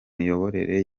miyoborere